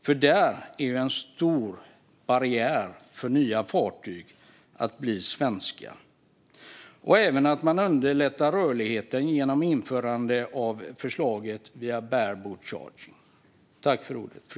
Den är en stor barriär för att nya fartyg ska bli svenska. Man kan även underlätta rörligheten genom att införa förslaget bareboat charter.